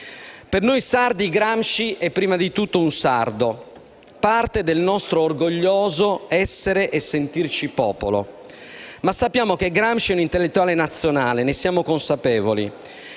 Per noi sardi Gramsci è prima di tutto un sardo, parte del nostro orgoglioso essere e sentirci popolo. Ma sappiamo che Gramsci è un intellettuale nazionale, ne siamo consapevoli.